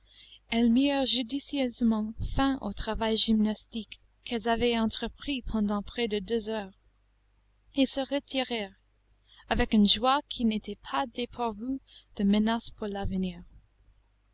elles mirent judicieusement fin au travail gymnastique qu'elles avaient entrepris pendant près de deux heures et se retirèrent avec une joie qui n'était pas dépourvue de menaces pour l'avenir